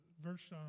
verse